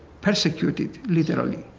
persecuted literally,